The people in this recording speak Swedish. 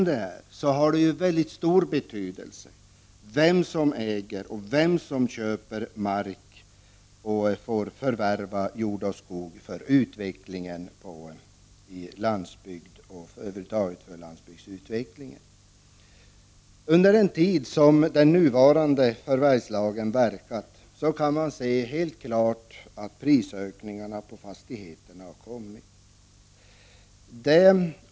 Det har mycket stor betydelse för landsbygdsutvecklingen vem som äger mark och vem som får förvärva jordoch skogsbruksfastigheter. Under den tid som den nuvarande jordförvärvslagen har varit i kraft, har det förekommit prisökningar på fastigheter.